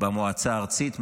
במועצה הארצית,